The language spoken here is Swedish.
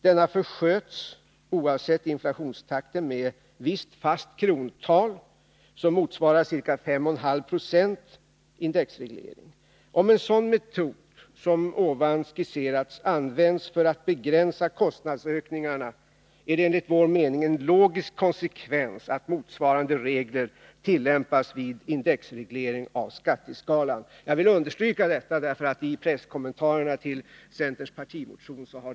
Denna försköts oavsett inflationstakten med ett visst fast krontal som motsvarade ca 5 1/2 96 indexreglering. Om en sådan metod som nu skisseras används för att begränsa kostnadsökningarna är det enligt vår mening en logisk konsekvens att motsvarande regler tillämpas vid indexreglering av skatteskalan. Jag vill understryka detta därför att det har missförståtts i presskommentarerna till centerns partimotion.